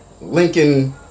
Lincoln